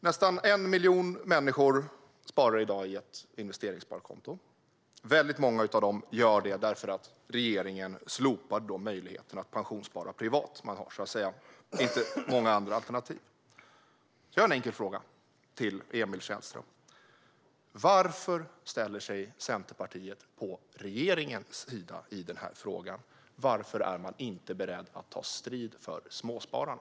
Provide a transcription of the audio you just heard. Nästan 1 miljon människor sparar i dag i ett investeringssparkonto. Många av dem gör det därför att regeringen slopar möjligheten att pensionsspara privat. Man har därför inte så många andra alternativ. Jag har en enkel fråga till Emil Källström: Varför ställer sig Centerpartiet på regeringens sida i frågan? Varför är man inte beredd att ta strid för småspararna?